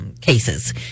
cases